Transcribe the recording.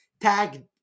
tag